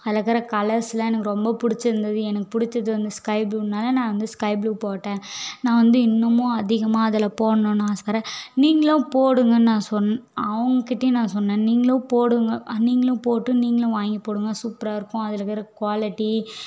அதில் இருக்கிற கலர்ஸெலாம் எனக்கு ரொம்ப பிடிச்சிருந்தது எனக்கு பிடிச்சது வந்து ஸ்கை ஃபுளூனால் நான் வந்து ஸ்கை ஃபுளூ போட்டேன் நான் வந்து இன்னுமும் அதிகமாக அதில் போட்ணும்னு ஆசைப்படுறேன் நீங்களும் போடுங்கள் நான் சொன் அவங்கக்கிட்டயும் நான் சொன்னேன் நீங்களும் போடுங்க ஆ நீங்களும் போட்டு நீங்களும் வாங்கிப்போடுங்கள் சூப்பராக இருக்கும் அதில் வேறு குவாலிட்டி